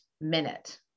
minute